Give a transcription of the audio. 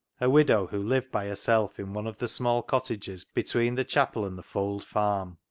a widow who lived by herself in one of the small cottages between the chapel and the fold farm.